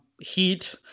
heat